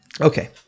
Okay